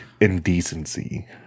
indecency